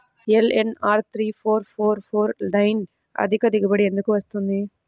LNR three four four four nine అధిక దిగుబడి ఎందుకు వస్తుంది?